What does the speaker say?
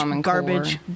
garbage